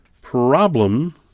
problem